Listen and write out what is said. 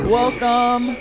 welcome